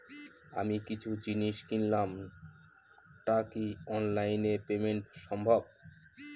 আমি কিছু জিনিস কিনলাম টা কি অনলাইন এ পেমেন্ট সম্বভ?